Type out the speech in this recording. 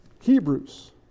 Hebrews